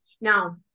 now